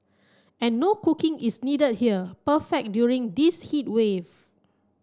and no cooking is needed here perfect during this heat wave